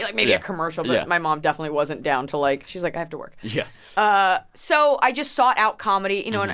like maybe a commercial, but yeah my mom definitely wasn't down to, like she's like, i have to work. yeah ah so i just sought out comedy, you know, and